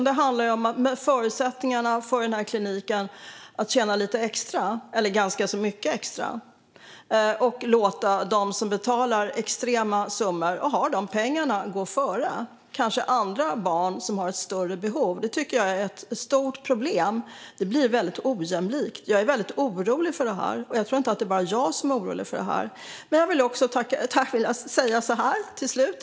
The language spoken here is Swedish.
Det handlar ju om den här klinikens förutsättningar att tjäna lite, eller ganska mycket, extra och kanske låta dem som har pengar och kan betala extrema summor gå före andra barn som har ett större behov. Det är ett jättestort problem, för det blir väldigt ojämlikt. Jag är väldigt orolig för det här, och jag tror inte att det bara är jag som är det.